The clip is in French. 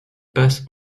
passe